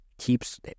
keeps